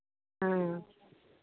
ह्म्म